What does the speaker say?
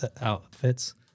outfits